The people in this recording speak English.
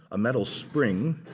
a metal spring,